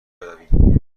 برویم